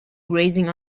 grazing